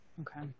Okay